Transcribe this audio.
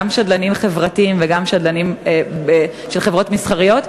גם שדלנים חברתיים וגם שדלנים של חברות מסחריות,